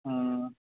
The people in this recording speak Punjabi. ਹੂੰ